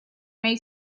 may